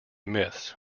myths